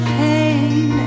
pain